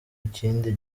ikindi